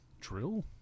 Drill